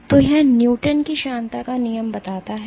तो यह न्यूटन की श्यानता का नियम बताता है